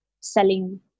selling